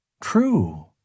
True